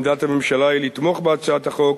עמדת הממשלה היא לתמוך בהצעת החוק,